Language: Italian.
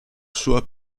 sua